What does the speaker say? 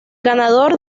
ganador